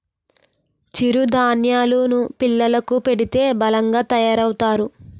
చిరు ధాన్యేలు ను పిల్లలకు పెడితే బలంగా తయారవుతారు